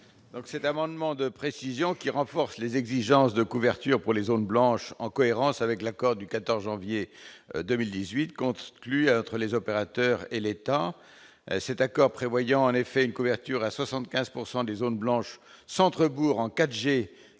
Cet amendement de précision vise à renforcer les exigences de couverture pour les zones blanches, en cohérence avec l'accord du 14 janvier 2018. Conclu entre les opérateurs et l'État, cet accord prévoit une couverture des zones blanches de centres-bourgs en 4G